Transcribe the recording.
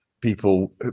People